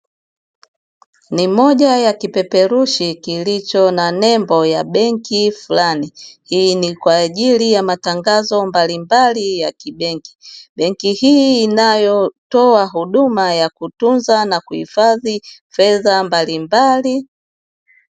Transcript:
Ni moja ya kipeperushi kilicho na nembo ya benki fulani, hii ni kwa ajili ya matangazo mbalimbali ya kibenki, benki hii inayotoa huduma ya kutoa na kuhifadhi fedha mbalimbali.